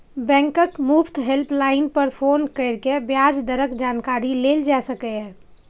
बैंकक मुफ्त हेल्पलाइन पर फोन कैर के ब्याज दरक जानकारी लेल जा सकैए